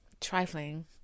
trifling